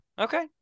Okay